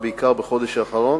ובעיקר בחודש האחרון,